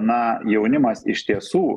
na jaunimas iš tiesų